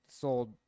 sold